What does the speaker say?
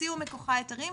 הוציאה מתוכה היתרים,